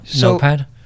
Notepad